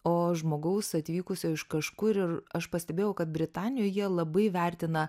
o žmogaus atvykusio iš kažkur ir aš pastebėjau kad britanijoj jie labai vertina